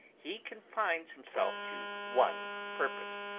he confines himself to one purpose.